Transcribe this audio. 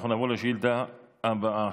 אנחנו נעבור לשאילתה הבאה,